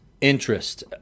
interest